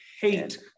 hate